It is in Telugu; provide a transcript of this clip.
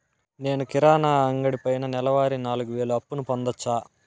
నేను కిరాణా అంగడి పైన నెలవారి నాలుగు వేలు అప్పును పొందొచ్చా?